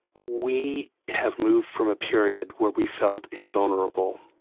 we have moved from a period where we felt invulnerable.